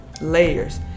layers